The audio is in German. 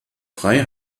frei